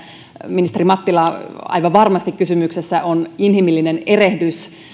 ministeri mattila aivan varmasti kysymyksessä on inhimillinen erehdys